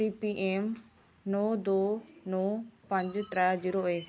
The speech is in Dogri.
ओटीपी ऐ नौ दो नौ पंज त्रैऽ जीरो ऐ